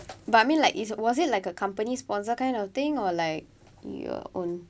but I mean like it's was it like a company sponsor kind of thing or like your own